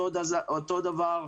אותו דבר,